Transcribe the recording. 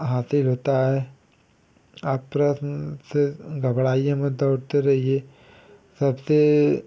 हासिल होता है आप प्रश्न से घबड़ाइये मत दौड़ते रहिए सबसे